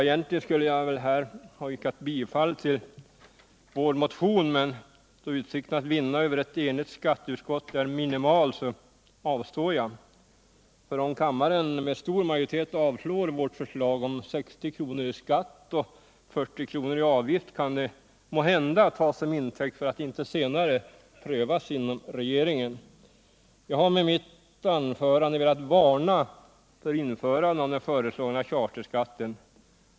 Egentligen skulle jag här yrka bifall till vår motion, men då utsikten att vinna över ett enigt skatteutskott är minimal avstår jag. Om kammaren med stor majoritet avslår vårt förslag om 60 kr. i skatt och 40 kr. i avgift kan det måhända tas som intäkt för att inte senare pröva beslutet inom regeringen. Jag har med mitt anförande velat varna för införande av den föreslagna charterskatten.